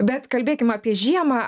bet kalbėkim apie žiemą